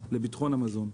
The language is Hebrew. לביטחון המזון.